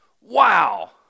Wow